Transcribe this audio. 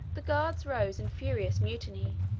the guards rose in furious mutiny,